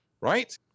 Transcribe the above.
right